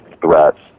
threats